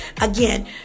Again